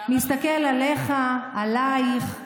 מסתכל עליך, עלייך,